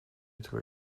tror